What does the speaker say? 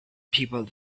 people